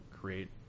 create